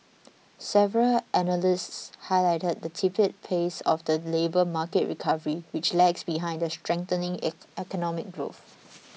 several analysts highlighted the tepid labour market recovery which lags behind the strengthening economic growth